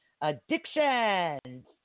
addictions